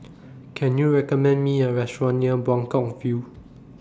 Can YOU recommend Me A Restaurant near Buangkok View